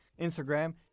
Instagram